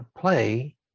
play